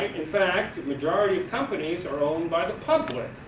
in fact, the majority of companies are owned by the public.